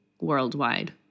worldwide